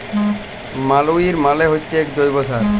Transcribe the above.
ম্যালইউর মালে হচ্যে এক জৈব্য সার যেটা চাষের জন্হে ব্যবহার ক্যরা হ্যয়